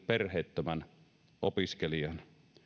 perheettömän opiskelijan